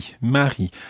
Marie